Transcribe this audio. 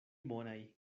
bonaj